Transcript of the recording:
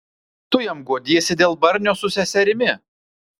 tu jam guodiesi dėl barnio su seserimi